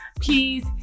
please